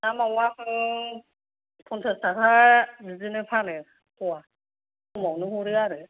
ना मावाखौ फन्सास थाखा बिदिनो फानो फवा खमावनो हरो आरो